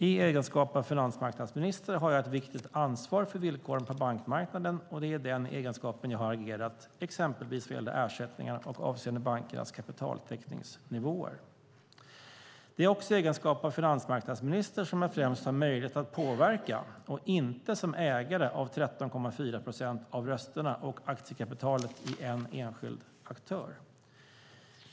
I egenskap av finansmarknadsminister har jag ett viktigt ansvar för villkoren på bankmarknaden, och det är i den egenskapen jag har agerat exempelvis vad gäller ersättningar och avseende bankernas kapitaltäckningsnivåer. Det är också i egenskap av finansmarknadsminister som jag främst har möjlighet att påverka och inte som ägare av 13,4 procent av rösterna och aktiekapitalet i en enskild aktör.